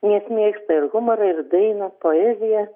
nes mėgsta ir humorą ir dainą poeziją